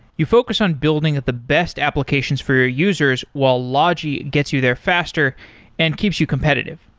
you focus on building at the best applications for your users while logi gets you there faster and keeps you competitive.